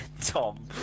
Tom